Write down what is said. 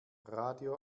radio